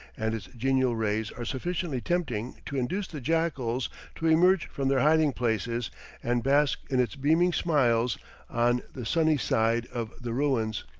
and its genial rays are sufficiently tempting to induce the jackals to emerge from their hiding-places and bask in its beaming smiles on the sunny side of the ruins.